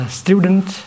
student